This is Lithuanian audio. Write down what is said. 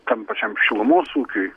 tam pačiam šilumos ūkiui